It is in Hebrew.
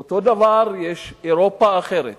על אותו משקל יש אירופה אחרת,